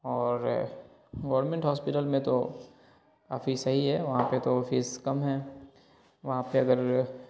اور government hospital میں تو کافی صحیح ہے وہاں پہ تو فیس کم ہے وہاں پہ اگر